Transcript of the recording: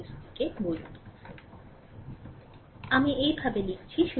সুতরাং ধরুন আমি এইভাবে লিখেছি